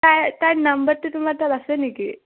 তাই তাইৰ নাম্বাৰটো তোমাৰ তাত আছে নেকি